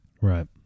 Right